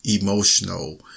emotional